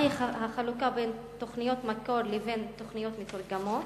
מהי החלוקה בין תוכניות מקור לבין תוכניות מתורגמות?